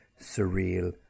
surreal